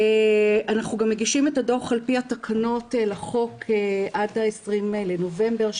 אנחנו גם מגישים את הדו"ח על פי התקנות לחוק עד ל-20 לנובמבר,